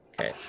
Okay